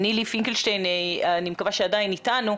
נילי פינקלשטיין אני מקווה שעדיין אתנו,